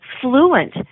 fluent